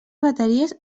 bateries